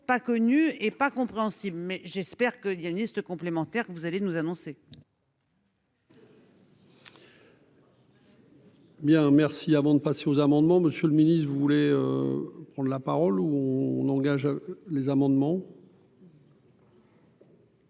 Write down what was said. pas connus et pas compréhensible mais j'espère qu'il y a une liste complémentaire que vous allez nous annoncer.